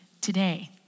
today